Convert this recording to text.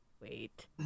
wait